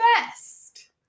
best